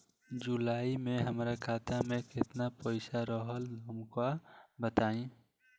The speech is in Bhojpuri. जुलाई में हमरा खाता में केतना पईसा रहल हमका बताई?